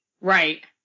right